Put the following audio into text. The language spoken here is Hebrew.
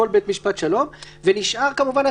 אני מבקש שתצהיר לפרוטוקול שאתה אומר,